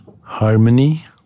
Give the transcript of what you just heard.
harmony